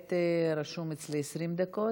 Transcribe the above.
כעת רשום אצלי 20 דקות.